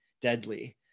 deadly